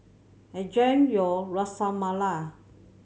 enjoy your Ras Malai